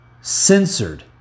censored